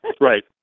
Right